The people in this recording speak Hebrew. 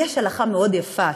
יש הלכה מאוד יפה,